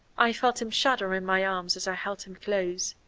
i felt him shudder in my arms as i held him close.